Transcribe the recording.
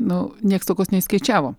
nu nieks neskaičiavo